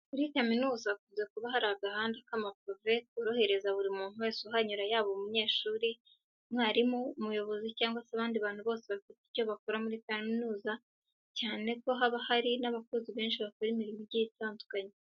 Muri kaminuza hakunze kuba harimo agahanda k'amapave korohereza buri muntu wese uhanyura yaba umunyeshuri, umwarimu, umuyobozi cyangwa se abandi bantu bose bafite icyo bakora muri kaminuza cyane ko haba hari n'abakozi benshi bakora imirimo igiye itandukanye.